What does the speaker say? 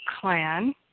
clan